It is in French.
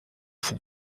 font